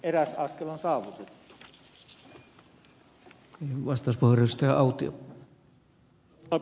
silloinhan eräs askel on saavutettu